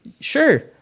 sure